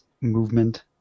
movement